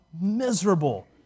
miserable